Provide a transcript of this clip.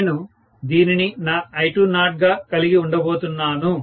నేను దీనిని నా I20 గా కలిగి ఉండబోతున్నాను